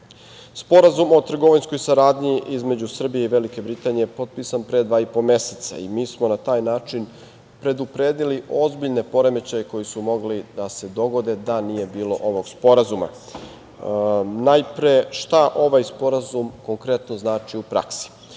njega. Sporazum o trgovinskoj saradnji između Srbije i Velike Britanije je potpisan pre dva i po meseca i mi smo na taj način predupredili ozbiljne poremećaje koji su mogli da se dogode da nije bilo ovog sporazuma. Najpre, šta ovaj sporazum konkretno znači u praksi?